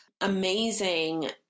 amazing